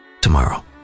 tomorrow